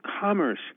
commerce